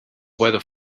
weather